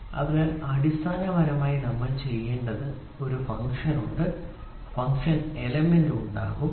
അതിനാൽ അടിസ്ഥാനപരമായി നമ്മൾ ചെയ്യേണ്ടത് ഒരു ഫംഗ്ഷൻ ഉണ്ട് ഫംഗ്ഷൻ എലമെന്റ് ഉണ്ടാകും ശരിയാണ്